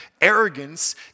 arrogance